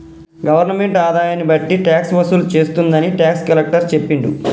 government ఆదాయాన్ని బట్టి tax వసూలు చేస్తుందని టాక్స్ కలెక్టర్ చెప్పిండు